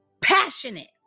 passionate